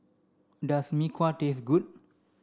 does Mee Kuah taste good